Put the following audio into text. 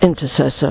intercessor